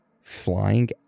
flying